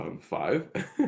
Five